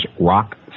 rock